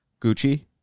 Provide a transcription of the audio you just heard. Gucci